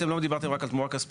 אתם לא דיברתם רק על תמורה כספית,